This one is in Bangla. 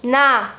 না